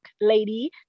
lady